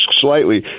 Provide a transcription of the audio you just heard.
slightly